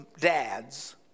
Dads